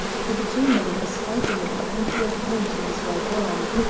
for the chamberlain was fighting with an unhealed wound in his right arm.